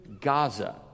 Gaza